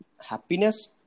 happiness